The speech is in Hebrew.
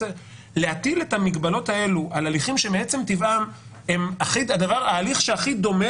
להטיל את המגבלות האלו על הליכים שמעצם טבעם ההליך שהכי דומה